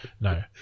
No